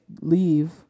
leave